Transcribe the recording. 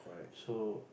so